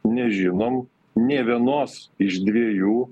nežinom nė vienos iš dviejų